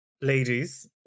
ladies